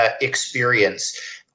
experience